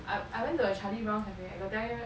I I went to a charlie brown cafe I got tell you